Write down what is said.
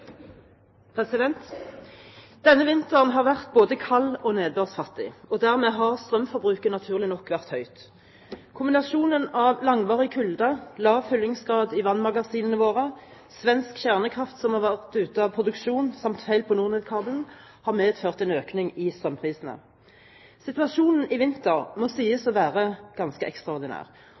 Denne vinteren har vært både kald og nedbørsfattig. Dermed har strømforbruket naturlig nok vært høyt. Kombinasjonen av langvarig kulde, lav fyllingsgrad i vannmagasinene våre, svensk kjernekraft som har vært ute av produksjon samt feil på NorNed-kabelen har medført en økning i strømprisene. Situasjonen i vinter må sies å være ganske ekstraordinær.